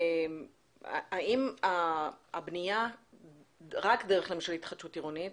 האם הבנייה למשל רק דרך התחדשות עירונית